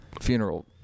funeral